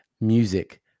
Music